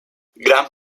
gran